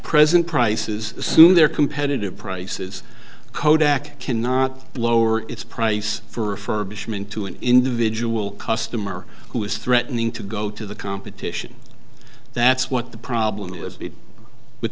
present prices assuming they're competitive prices kodak cannot lower its price for bushman to an individual customer who is threatening to go to the competition that's what the problem is with